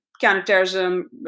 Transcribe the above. counterterrorism